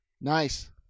Nice